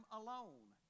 alone